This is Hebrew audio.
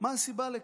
מה הסיבה לכך?